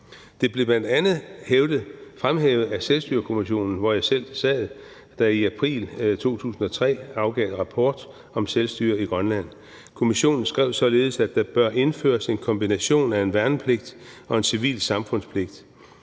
Det blev bl.a. fremhævet af Selvstyrekommissionen, hvor jeg selv sad, og som i april 2003 afgav rapport om selvstyret i Grønland. Kommissionen skrev således, at der bør indføres en kombination af en værnepligt og en civil samfundspligt